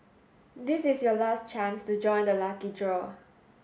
this is your last chance to join the lucky draw